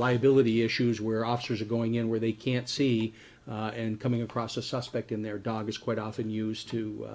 liability issues where officers are going in where they can't see and coming across a suspect in their dog is quite often used to